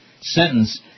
Sentence